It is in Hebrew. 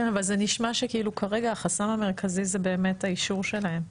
כן אבל זה נשמע שכרגע החסם המרכזי זה באמת האישור שלהם.